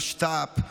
משת"פ,